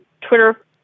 Twitter